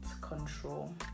control